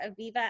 Aviva